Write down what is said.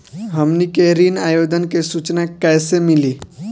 हमनी के ऋण आवेदन के सूचना कैसे मिली?